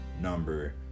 number